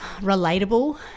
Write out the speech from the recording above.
relatable